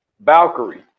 valkyrie